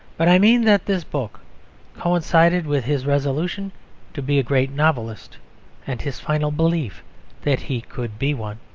but i mean that this book coincided with his resolution to be a great novelist and his final belief that he could be one.